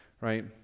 right